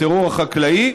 הטרור החקלאי,